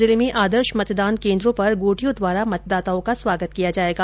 जिले में आदर्श मतदान केन्द्रों पर गोटियों द्वारा मतदाताओं का स्वागत किया जायेगा